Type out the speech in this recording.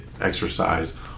exercise